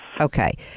Okay